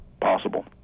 possible